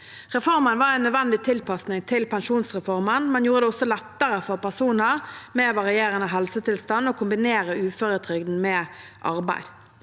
Reformen var en nødvendig tilpasning til pensjonsreformen, men gjorde det også lettere for personer med varierende helsetilstand å kombinere uføretrygden med arbeid.